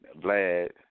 Vlad